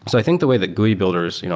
so i think the way that gui builders, you know